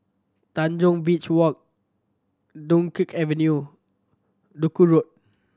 Tanjong Beach Walk Dunkirk Avenue Duku Road